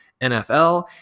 nfl